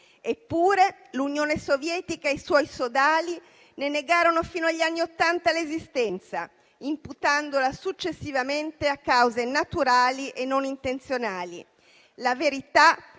Eppure l'Unione Sovietica e i suoi sodali ne negarono fino agli anni Ottanta l'esistenza, imputandola successivamente a cause naturali e non intenzionali. La verità